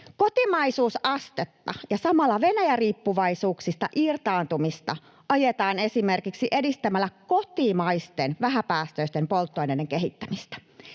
Kotimaisuusastetta ja samalla Venäjä-riippuvaisuuksista irtaantumista ajetaan esimerkiksi edistämällä kotimaisten vähäpäästöisten polttoaineiden kehittämistä.